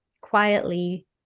quietly